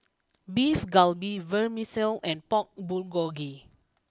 Beef Galbi Vermicelli and Pork Bulgogi